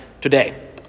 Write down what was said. today